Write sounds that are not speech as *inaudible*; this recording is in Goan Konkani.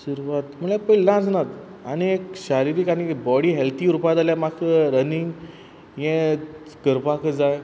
सुरवात म्हणल्यार पयली *unintelligible* आनी एक शारिरीक आनी बॉडी हेल्थी उरपाक जाय जाल्यार म्हाक रनिंग हें करपाकच जाय